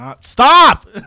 Stop